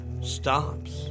stops